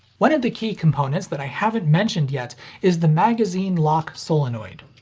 one of the key components that i haven't mentioned yet is the magazine lock solenoid.